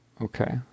Okay